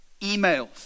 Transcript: emails